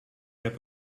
heb